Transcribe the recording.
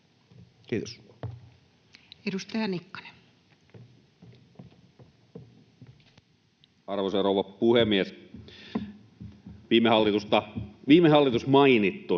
Kiitos. Edustaja Nikkanen. Arvoisa rouva puhemies! Niin kuin